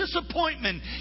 disappointment